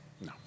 No